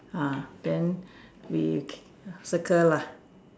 uh then we K circle lah